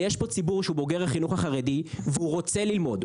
ויש פה ציבור שהוא בוגר החינוך החרדי והוא רוצה ללמוד.